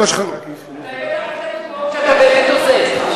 אתה הבאת רק את הדוגמאות שאתה באמת עוזר.